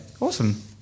awesome